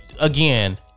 Again